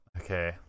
okay